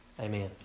Amen